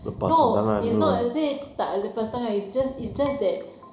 no it's not say tak lepas tangan it's just it's just that